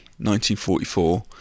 1944